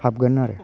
हाबगोन आरो